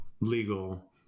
legal